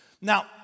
Now